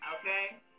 Okay